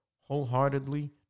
wholeheartedly